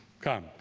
Come